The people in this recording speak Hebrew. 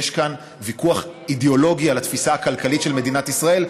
יש כאן ויכוח אידיאולוגי על התפיסה הכלכלית של מדינת ישראל,